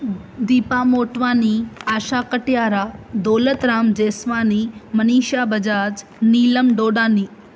Deepa Motwani Asha Katiyara Daulat Ram Jeswani Manisha Bajaj Neelam Dodani